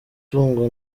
tungo